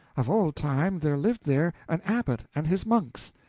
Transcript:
of old time there lived there an abbot and his monks.